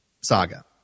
saga